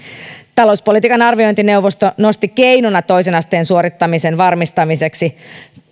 talouspolitiikan arviointineuvosto nosti merkittävimpänä toimenpiteenä toisen asteen suorittamisen varmistamiseksi